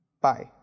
Bye